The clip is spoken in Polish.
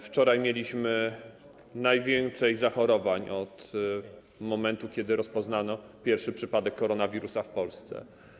Wczoraj mieliśmy najwięcej zachorowań od momentu, kiedy rozpoznano pierwszy przypadek koronawirusa w Polsce.